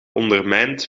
ondermijnt